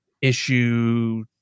issue